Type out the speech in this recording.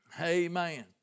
Amen